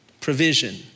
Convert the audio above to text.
provision